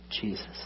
Jesus